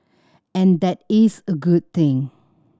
and that is a good thing